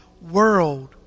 world